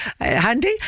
handy